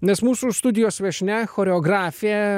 nes mūsų studijos viešnia choreografė